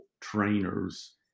trainers